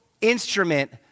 instrument